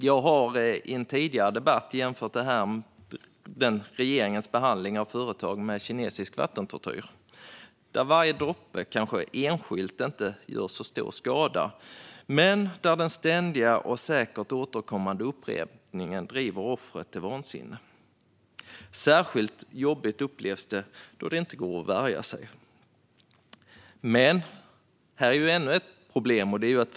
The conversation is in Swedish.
Jag har i en tidigare debatt jämfört regerings behandling av företag med kinesisk vattentortyr. Varje droppe gör kanske enskilt inte så stor skada, men den ständiga och säkert återkommande upprepningen driver offret till vansinne. Särskilt jobbigt upplevs det då det inte går att värja sig. Här finns ytterligare ett problem.